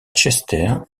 chester